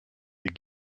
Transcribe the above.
des